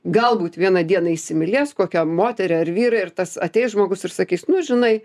galbūt vieną dieną įsimylės kokią moterį ar vyrą ir tas ateis žmogus ir sakys nu žinai